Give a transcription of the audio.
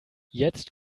jetzt